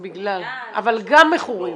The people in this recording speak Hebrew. זו פנימייה -- אבל גם מכורים.